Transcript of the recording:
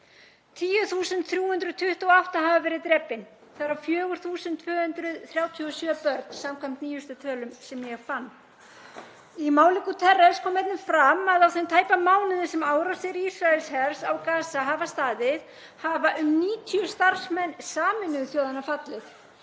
10.328 hafa verið drepin, þar af 4.237 börn samkvæmt nýjustu tölum sem ég fann. Í máli Guterres kom einnig fram að á þeim tæpa mánuði sem árásir Ísraelshers á Gaza hafa staðið hafa um 90 starfsmenn Sameinuðu þjóðanna fallið.